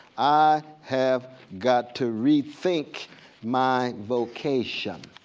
i have got to rethink my vocation.